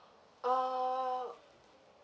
ah